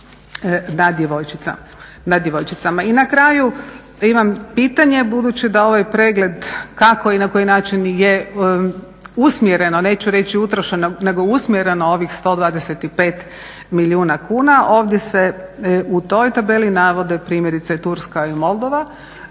na kraju imam pitanje budući da ovaj pregled kako i na koji način je usmjereno, neću reći utrošeno, nego usmjereno ovih 125 milijuna kuna. Ovdje se u toj tabeli navode primjerice Turska i Moldova